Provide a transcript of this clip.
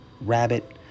Rabbit